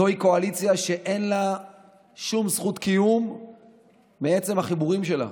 אלא זוהי קואליציה שאין לה שום זכות קיום מעצם החיבורים שלה.